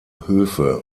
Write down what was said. höfe